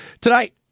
Tonight